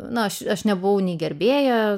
na aš aš nebuvau nei gerbėja